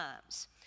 Times